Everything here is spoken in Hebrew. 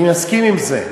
אני מסכים עם זה.